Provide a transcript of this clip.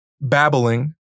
babbling